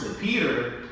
Peter